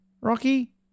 Rocky